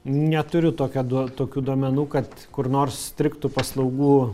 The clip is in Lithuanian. neturiu tokio tokių duomenų kad kur nors strigtų paslaugų